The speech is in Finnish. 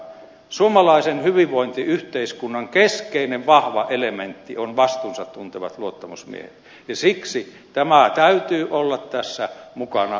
suomalaisen hyvinvointiyhteiskunnan keskeinen vahva elementti on vastuunsa tuntevat luottamusmiehet ja siksi tämän täytyy olla tässä mukana